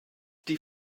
die